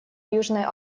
южной